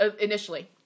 initially